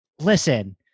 listen